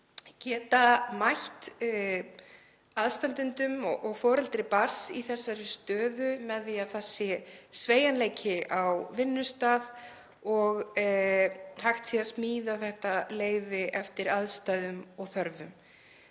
geta mætt aðstandendum og foreldri barns í þessari stöðu með því að það sé sveigjanleiki á vinnustað og hægt sé að smíða þetta leyfi eftir aðstæðum og þörfum.